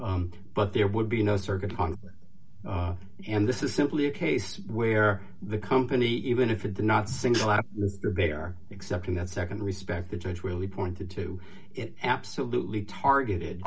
future but there would be no circuit and this is simply a case where the company even if it's not single out there except in that nd respect the judge really pointed to it absolutely targeted